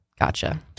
Gotcha